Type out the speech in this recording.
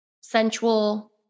sensual